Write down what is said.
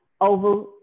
over